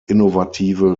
innovative